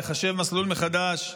לחשב מסלול מחדש.